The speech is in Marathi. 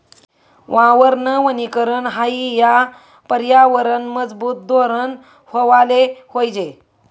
वावरनं वनीकरन हायी या परयावरनंनं मजबूत धोरन व्हवाले जोयजे